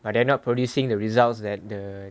but they're not producing the results that the